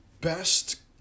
best